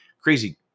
crazy